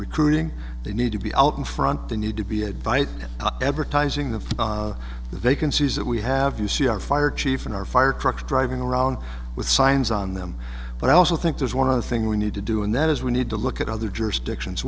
recruiting they need to be out in front they need to be advice ever ties in the vacancies that we have you see our fire chief and our fire trucks driving around with signs on them but i also think there's one other thing we need to do and that is we need to look at other jurisdictions